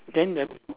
then the